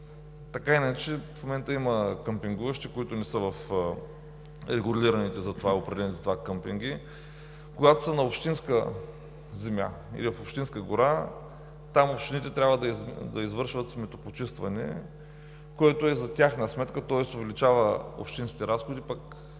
или иначе в момента има къмпингуващи, които не са в определените за това къмпинги. Когато са на общинска земя или в общинска гора, тогава общините трябва да извършват сметопочистването, което е за тяхна сметка, тоест увеличават се общинските разходи, а